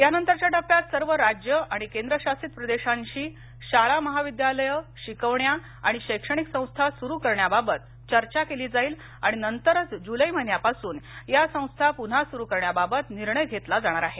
यानंतरच्या टप्प्यात सर्व राज्य आणि केंद्रशासित प्रदेशांशी शाळा महाविद्यालयं शिकवण्या आणि शैक्षणिक संस्था सुरू करण्याबाबत चर्चा केली जाईल आणि नंतरच जुलै महिन्यापासून या संस्था पुन्हा सुरू करण्याबाबत निर्णय घेतला जाणार आहे